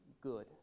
good